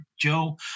Joe